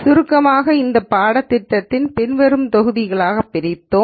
சுருக்கமாக இந்த பாடத்திட்டத்தை பின்வரும் தொகுதிகளாக பிரித்தோம்